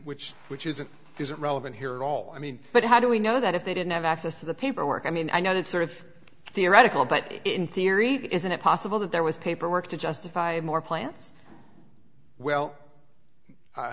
which which isn't isn't relevant here at all i mean but how do we know that if they didn't have access to the paperwork i mean i know that's sort of theoretical but in theory isn't it possible that there was paperwork to justify more plants well